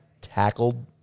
tackled